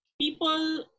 people